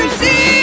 see